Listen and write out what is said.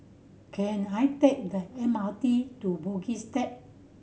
can I take the M R T to Bugis Cube